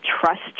trust